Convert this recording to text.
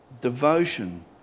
Devotion